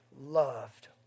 loved